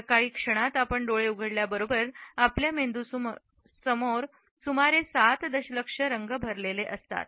सकाळी क्षणात आपण डोळे उघडल्याबरोबर आपल्या मेंदू सुमारे सात दशलक्ष रंगांनी भरला असतो